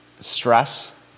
stress